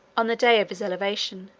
on the day of his elevation,